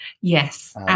Yes